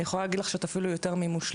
אני יכולה להגיד לך שאת אפילו יותר ממושלמת,